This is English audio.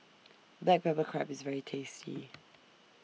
Black Pepper Crab IS very tasty